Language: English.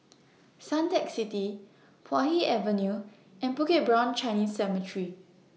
Suntec City Puay Hee Avenue and Bukit Brown Chinese Cemetery